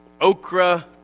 okra